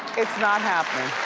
it's not happening.